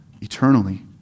eternally